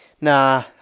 Nah